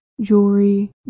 jewelry